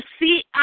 see